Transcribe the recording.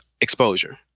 exposure